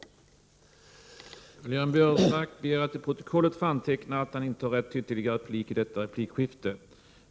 19 april 1989 få antecknat att han inte ägde rätt till ytterligare replik.